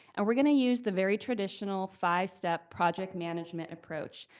and we're gonna use the very traditional five-step project management approach.